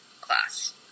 class